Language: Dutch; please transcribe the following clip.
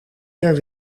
ter